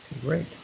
great